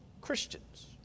Christians